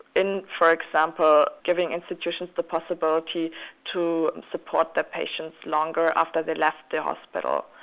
in for example giving institutions the possibility to support their patients longer after they left the hospital.